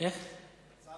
כנסת